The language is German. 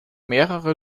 mehrere